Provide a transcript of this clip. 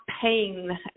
paying